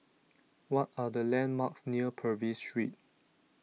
What Are The landmarks near Purvis Street